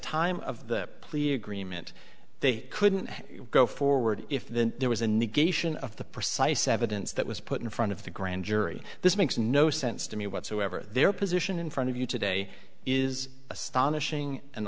time of the plea agreement they couldn't go forward if then there was a negation of the precise evidence that was put in front of the grand jury this makes no sense to me whatsoever their position in front of you today is astonishing and